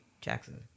Jackson